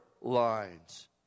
lines